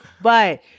But-